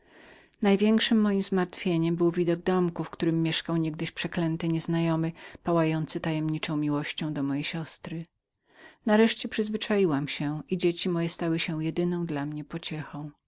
największem mojem zmartwieniem był widok przeciwnego domku który przeklęty nieznajomy zamieszkiwał niegdyś wraz z nieszczęsną swoją miłością nareszcie przyzwyczaiłam się i dzieci moje stały się jedyną dla mnie pociechą